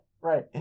right